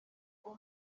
rwo